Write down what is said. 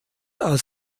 als